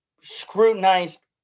scrutinized